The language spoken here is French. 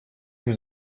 vous